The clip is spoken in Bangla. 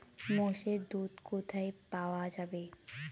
মোষের দুধ কোথায় পাওয়া যাবে?